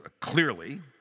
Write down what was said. clearly